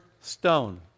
stone